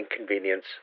inconvenience